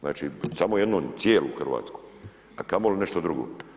Znači, samo jednu, cijelu Hrvatsku, a kamoli nešto drugo.